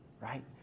right